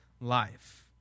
life